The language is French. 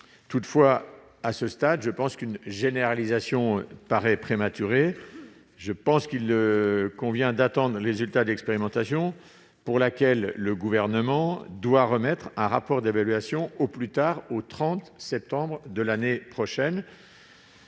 Toutefois, à ce stade, une généralisation me paraît prématurée. Il convient d'attendre le résultat de l'expérimentation, sur laquelle le Gouvernement doit remettre un rapport d'évaluation au plus tard le 30 septembre de l'année prochaine.